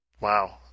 Wow